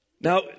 now